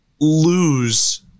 lose